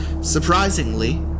Surprisingly